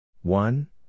One